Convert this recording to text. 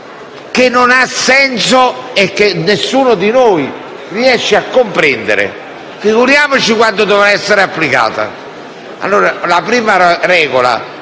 che non ha senso e che nessuno di noi riesce a comprendere? Figuriamoci quando dovrà essere applicata!